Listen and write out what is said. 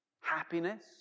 happiness